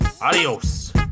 adios